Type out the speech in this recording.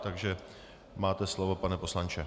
Takže máte slovo, pane poslanče.